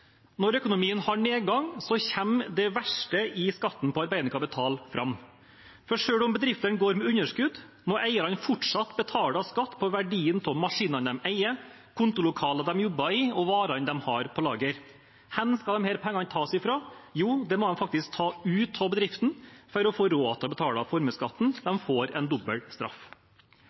verste i skatten på arbeidende kapital fram. For selv om bedriftene går med underskudd, må eierne fortsatt betale skatt på verdien av maskinene de eier, kontorlokalet de jobber i, og varene de har på lager. Hvor skal disse pengene tas fra? Jo, dem må de faktisk ta ut av bedriften for å få råd til å betale formuesskatten. De får en dobbelt straff.